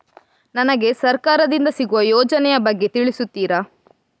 ನನಗೆ ಸರ್ಕಾರ ದಿಂದ ಸಿಗುವ ಯೋಜನೆ ಯ ಬಗ್ಗೆ ತಿಳಿಸುತ್ತೀರಾ?